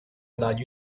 without